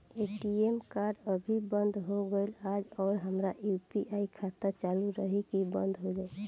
ATM card अभी बंद हो गईल आज और हमार यू.पी.आई खाता चालू रही की बन्द हो जाई?